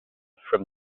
from